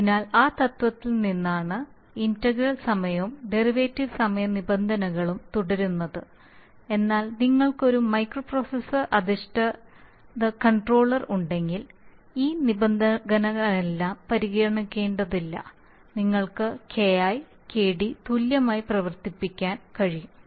അതിനാൽ ആ തത്വത്തിൽ നിന്നാണ് ഇന്റഗ്രൽ സമയവും ഡെറിവേറ്റീവ് സമയ നിബന്ധനകളും തുടരുന്നത് എന്നാൽ നിങ്ങൾക്ക് ഒരു മൈക്രോപ്രൊസസ്സർ അധിഷ്ഠിത കൺട്രോളർ ഉണ്ടെങ്കിൽ ഈ നിബന്ധനകളെല്ലാം പരിഗണിക്കേണ്ടതില്ല നിങ്ങൾക്ക് KI KD തുല്യമായി പ്രവർത്തിക്കാൻ കഴിയും